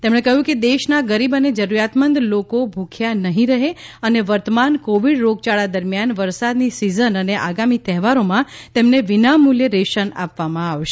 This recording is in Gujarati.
તેમણે કહ્યું કે દેશના ગરીબ અને જરૂરિયાતમંદ લોકો ભૂખ્યા નહીં રહે અને વર્તમાન કોવિડ રોગયાળા દરમિયાન વરસાદની સીઝન અને આગામી તહેવારોમાં તેમને વિના મૂલ્યે રેશન આપવામાં આવશે